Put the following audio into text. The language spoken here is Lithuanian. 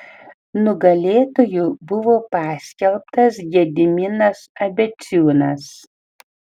nugalėtoju buvo paskelbtas gediminas abeciūnas